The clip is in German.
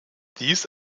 dies